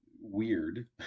weird